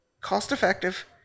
cost-effective